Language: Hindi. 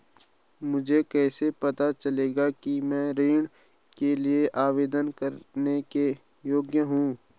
मुझे कैसे पता चलेगा कि मैं ऋण के लिए आवेदन करने के योग्य हूँ?